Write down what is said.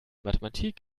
mathematik